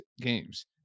games